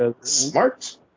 Smart